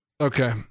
Okay